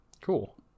Cool